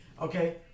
Okay